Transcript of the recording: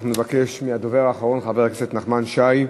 אנחנו נבקש מהדובר האחרון, חבר הכנסת נחמן שי,